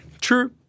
True